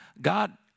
God